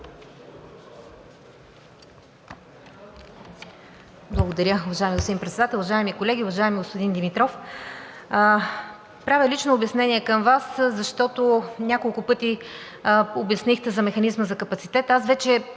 Благодаря. Уважаеми господин Председател, уважаеми колеги, уважаеми господин Димитров! Правя лично обяснение към Вас, защото няколко пъти обяснихте за механизма за капацитет. Аз вече